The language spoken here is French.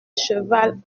cheval